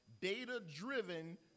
data-driven